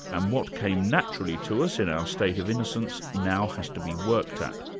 and what came naturally to us in our state of innocence, now has to be worked at.